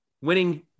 winning